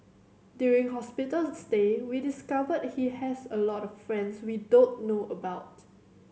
during hospital stay we discovered he has a lot of friends we don't know about